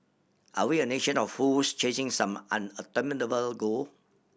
are we a nation of fools chasing some unobtainable goal